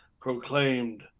proclaimed